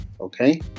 Okay